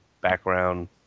background